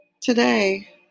Today